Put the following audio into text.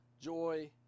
joy